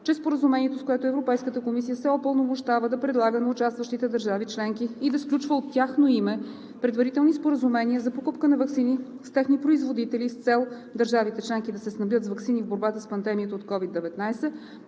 че Споразумението, с което Европейската комисия се упълномощава да предлага на участващите държави членки и да сключва от тяхно име предварителни споразумения за покупка на ваксини с техни производители с цел държавите членки да се снабдят с ваксини в борбата с пандемията от COVID-19